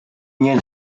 nie